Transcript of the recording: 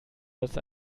das